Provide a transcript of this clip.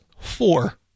four